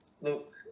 look